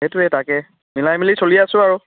সেইটোৱে তাকে মিলাই মেলি চলি আছো আৰু